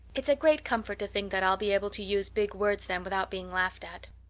it's a great comfort to think that i'll be able to use big words then without being laughed at.